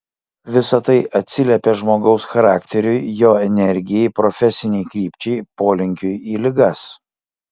visa tai atsiliepia žmogaus charakteriui jo energijai profesinei krypčiai polinkiui į ligas